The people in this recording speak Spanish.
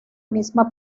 misma